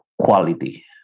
quality